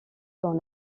dans